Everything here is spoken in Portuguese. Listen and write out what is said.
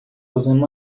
usando